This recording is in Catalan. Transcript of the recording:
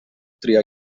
triar